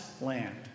land